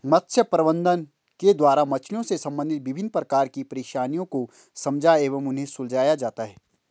मत्स्य प्रबंधन के द्वारा मछलियों से संबंधित विभिन्न प्रकार की परेशानियों को समझा एवं उन्हें सुलझाया जाता है